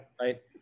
Right